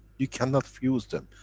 you cannot fuse them.